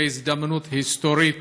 וכהזדמנות היסטורית,